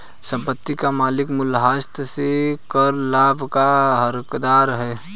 संपत्ति का मालिक मूल्यह्रास से कर लाभ का हकदार है